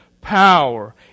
power